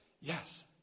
Yes